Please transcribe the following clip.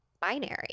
Binary